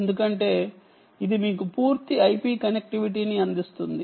ఎందుకంటే ఇది మీకు పూర్తి I p కనెక్టివిటీని అందిస్తుంది